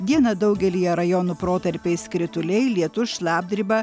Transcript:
dieną daugelyje rajonų protarpiais krituliai lietus šlapdriba